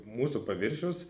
mūsų paviršius